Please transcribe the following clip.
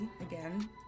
again